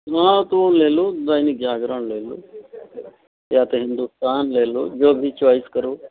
हाँ तो ले लो दैनिक जागरण ले लो या फिर हिंदुस्तान ले लो जो भी चॉइस करो